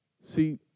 See